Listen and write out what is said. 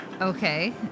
Okay